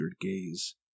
gaze